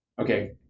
Okay